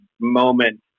moment